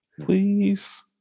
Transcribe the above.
Please